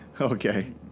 Okay